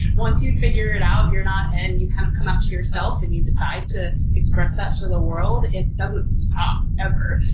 once you figure it out, you're not. and you kind of come out to yourself and you decide to express that to the world, it doesn't stop ever.